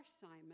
Simon